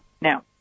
Now